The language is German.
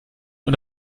und